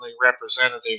representative